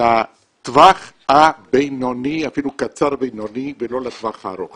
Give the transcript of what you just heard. לטווח הבינוני, אפילו קצר בינוני ולא לטווח הארוך.